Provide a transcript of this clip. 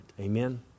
Amen